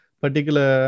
particular